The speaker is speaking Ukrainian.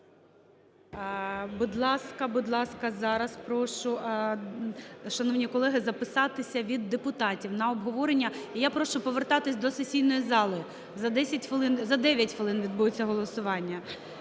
Будь ласка, будь ласка, зараз прошу, шановні колеги, записатися від депутатів на обговорення. І я прошу повертатись до сесійної зали за 10 хвилин, за 9 хвилин відбудеться голосування.